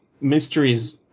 mysteries